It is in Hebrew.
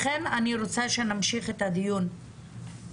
לכן אני רוצה שנמשיך את הדיון בנושא.